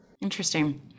interesting